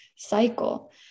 cycle